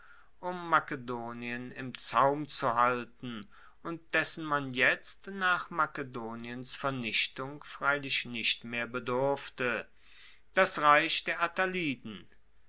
um makedonien im zaum zu halten und dessen man jetzt nach makedoniens vernichtung freilich nicht mehr bedurfte das reich der